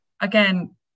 Again